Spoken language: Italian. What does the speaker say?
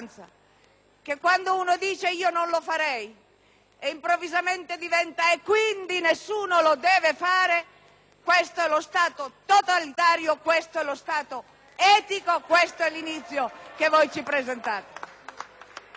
che, quando uno dice "io non lo farei" e ciò improvvisamente diventa "e quindi nessuno lo deve fare", questo è lo Stato totalitario, questo è lo Stato etico, questo è l'inizio che voi ci presentate.